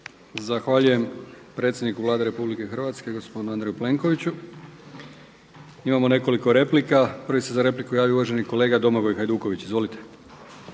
Zahvaljujem predsjedniku Vlade RH gospodinu Andreju Plenkoviću. Imamo nekoliko replika. Prvi se za repliku javio uvaženi kolega Domagoj Hajduković. Izvolite.